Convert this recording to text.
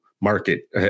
market